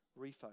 refocus